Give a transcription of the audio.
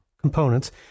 components